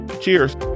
Cheers